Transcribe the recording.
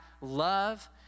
love